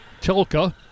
tilka